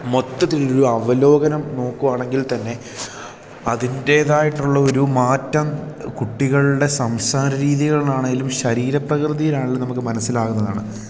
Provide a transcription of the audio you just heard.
മൊത്തത്തിലൊരു അവലോകനം നോക്കുകയാണെങ്കിൽ തന്നെ അതിൻ്റെതായിട്ടുള്ള ഒരു മാറ്റം കുട്ടികളുടെ സംസാര രീതികളിലാണെങ്കിലും ശരീര പ്രകൃതിയിലാണെങ്കിലും നമുക്ക് മനസ്സിലാകുന്നതാണ്